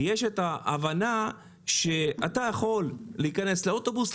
יש את ההבנה שאתה יכול להיכנס לאוטובוס,